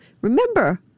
Remember